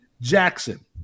Jackson